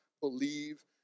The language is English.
believe